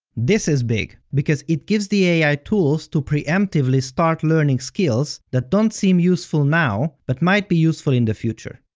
this is big, because it gives the ai tools to pre-emptively start learning skills that don't seem useful now, but might be useful in the future.